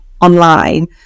online